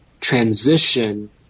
transition